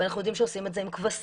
אנחנו יודעים שעושים את זה עם כבשים,